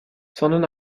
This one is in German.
sondern